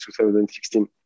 2016